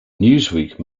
newsweek